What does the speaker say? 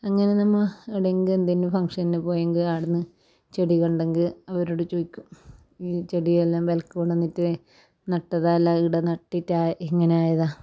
അങ്ങനെ നമ്മൾ എവിടെങ്കിൽ എന്തേനും ഫങ്ഷന് പോയെങ്കിൽ ആട്ന്ന് ചെടി കണ്ടെങ്കിൽ അവരോട് ചോദിക്കും ഈ ചെടിയെല്ലാം വിലക്ക് കൊണ്ട് വന്നിട്ട് നട്ടതാണോ അല്ല ഇവിടെ നട്ടിട്ട് ഇങ്ങനെ ആയതാണോ